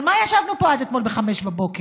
על מה ישבנו פה אתמול עד חמש בבוקר?